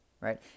Right